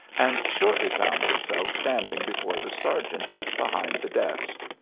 and shortly found himself standing before the sergeant behind the desk.